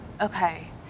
Okay